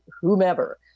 whomever